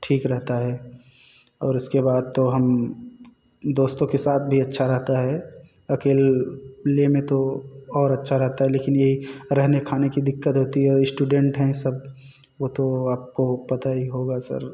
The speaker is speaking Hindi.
ठीक रहता है और उसके बाद तो हम दोस्तों के साथ भी अच्छा रहता है अकेले में तो और अच्छा रहता है लेकिन यह रहने खाने की दिक्कत होती है स्टूडेंट है सब वह तो आपको पता ही होगा सर